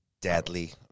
deadly